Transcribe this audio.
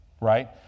Right